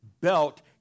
belt